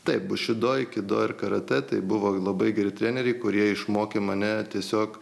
taip bušido aikido ir karatė tai buvo labai geri treneriai kurie išmokė mane tiesiog